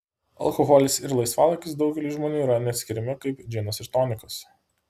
alkoholis ir laisvalaikis daugeliui žmonių yra neatskiriami kaip džinas ir tonikas